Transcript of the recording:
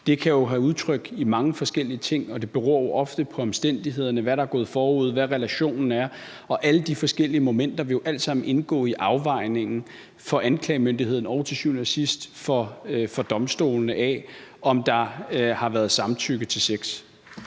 Det kan jo være udtrykt i mange forskellige ting, og det beror ofte på omstændighederne, altså hvad der er gået forud, og hvad relationen er, og alle de forskellige momenter vil alt sammen indgå i afvejningen for anklagemyndigheden og til syvende og sidst for domstolene af, om der har været samtykke til sex.